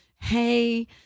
hey